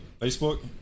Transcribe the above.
Facebook